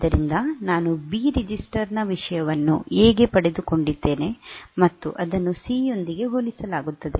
ಆದ್ದರಿಂದ ನಾನು B register ನ ವಿಷಯವನ್ನು ಎ ಗೆ ಪಡೆದುಕೊಂಡಿದ್ದೇನೆ ಮತ್ತು ಅದನ್ನು ಸಿಯೊಂದಿಗೆ ಹೋಲಿಸಲಾಗುತ್ತದೆ